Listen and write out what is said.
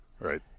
right